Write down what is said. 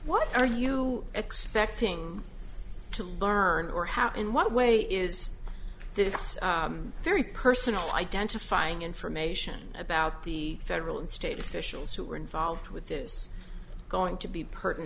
what are you expecting to learn or how in what way is this very personal identifying information about the federal and state officials who are involved with is going to be pertin